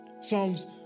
Psalms